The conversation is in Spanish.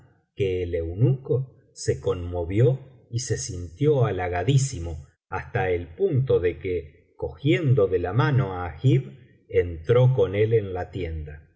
que el eunuco se conmovió y se sintió halagadisimo hasta el punto de que cogiendo de la mano á agib entró con él en la tienda